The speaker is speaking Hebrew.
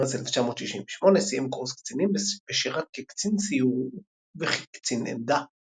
במרץ 1968 סיים קורס קצינים ושירת כקצין סיור וכקצין עמדה.